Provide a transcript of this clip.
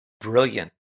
brilliant